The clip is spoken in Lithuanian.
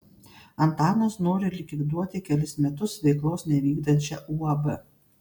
antanas nori likviduoti kelis metus veiklos nevykdančią uab